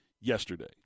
yesterday